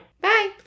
Bye